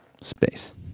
space